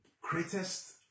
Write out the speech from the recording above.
greatest